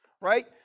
right